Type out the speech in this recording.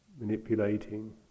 manipulating